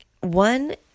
one